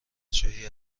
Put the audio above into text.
جایی